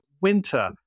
winter